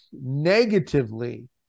negatively